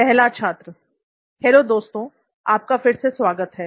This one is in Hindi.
पहला छात्र हेलो दोस्तों आपका फिर से स्वागत है